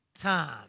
time